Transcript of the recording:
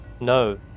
No